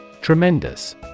Tremendous